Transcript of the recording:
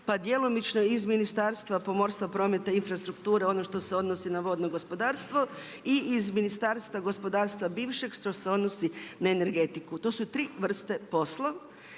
pa djelomično iz Ministarstva pomorstva, prometa i infrastrukture ono što se odnosi na vodno gospodarstvo i iz Ministarstva gospodarstva bivšeg što se odnosi na energetiku. To su tri vrste posla.